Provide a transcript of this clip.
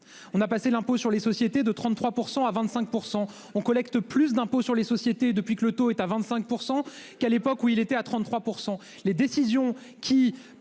On a passé l'impôt sur les sociétés de 33% à 25% on collecte plus d'impôt sur les sociétés depuis que le taux est à 25% qui à l'époque où il était à 33%. Les décisions qui